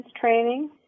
training